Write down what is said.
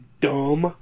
Dumb